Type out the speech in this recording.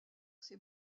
ses